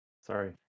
Sorry